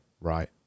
right